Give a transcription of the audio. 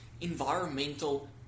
environmental